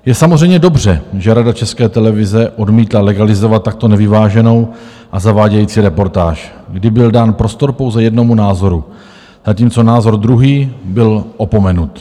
Je samozřejmě dobře, že Rada České televize odmítla legalizovat takto nevyváženou a zavádějící reportáž, kdy byl dán prostor pouze jednomu názoru, zatímco názor druhý byl opomenut.